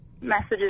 messages